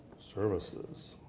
services,